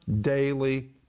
Daily